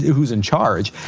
who's in charge.